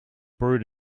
brewed